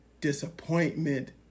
disappointment